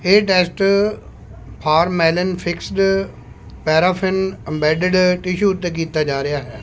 ਇਹ test formalin fixed paraffin embedded tissue ਉੱਤੇ ਕੀਤਾ ਜਾ ਰਿਹਾ ਹੈ